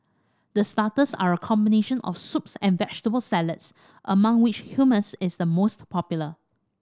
the starters are a combination of soups and vegetable salads among which Hummus is the most popular